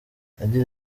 yagize